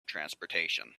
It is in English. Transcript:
transportation